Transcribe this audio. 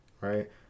Right